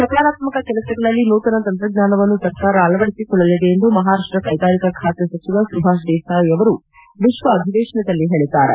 ಸಕಾರಾತ್ಮಕ ಕೆಲಸಗಳಲ್ಲಿ ನೂತನ ತಂತ್ರಜ್ಞಾನವನ್ನು ಸರ್ಕಾರ ಅಳವಡಿಸಿಕೊಳ್ಳಲಿದೆ ಎಂದು ಮಹಾರಾಷ್ಟ ಕೈಗಾರಿಕಾ ಖಾತೆ ಸಚಿವ ಸುಭಾಷ್ ದೇಸಾಯಿ ಅವರು ವಿಶ್ವ ಅಧಿವೇಶನದಲ್ಲಿ ಹೇಳಿದ್ದಾರೆ